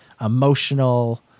emotional